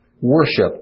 worship